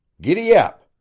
giddy-ap!